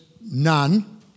none